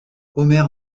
omer